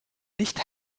licht